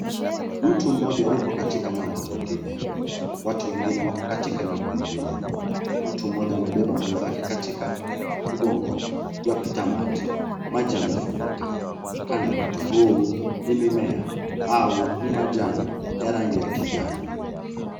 Mtu mmoja yupo katika ngambo nyingine, watu wengine wako katika ngambo nyingine. Mtu mmoja amebeba mwenzake katika mgongo. Yuapita maji. Maji yamefurika. Kando ya mto huu ni mimea au ni majani ya rangi ya kijani.